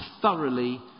thoroughly